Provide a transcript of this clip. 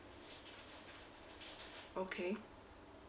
okay